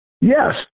Yes